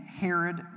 Herod